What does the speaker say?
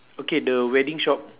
okay the wedding shop